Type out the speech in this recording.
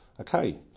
Okay